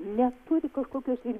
neturi kažkokios ir